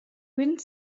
wind